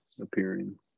appearing